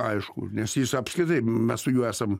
aišku nes jis apskritai mes su juo esam